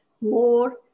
more